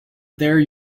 there